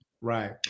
Right